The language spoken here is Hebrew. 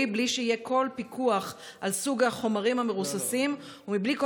בלי שיהיה כל פיקוח על סוג החומרים המרוססים ובלי כל